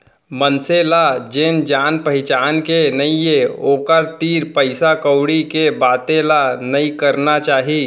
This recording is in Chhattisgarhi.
मनसे ल जेन जान पहिचान के नइये ओकर तीर पइसा कउड़ी के बाते ल नइ करना चाही